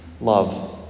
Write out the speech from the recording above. love